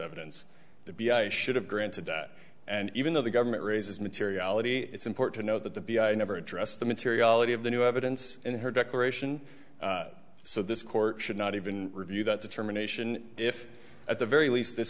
evidence to be i should have granted that and even though the government raises materiality it's import to know that the b i never addressed the materiality of the new evidence in her declaration so this court should not even review that determination if at the very least this